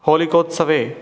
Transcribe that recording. होलिकोत्सवे